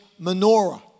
menorah